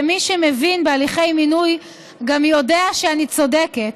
ומי שמבין בהליכי מינוי גם יודע שאני צודקת,